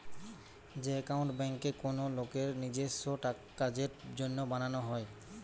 যে একাউন্ট বেঙ্কে কোনো লোকের নিজেস্য কাজের জন্য বানানো হয়